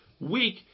weak